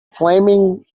flaming